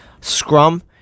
scrum